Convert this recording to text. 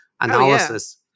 analysis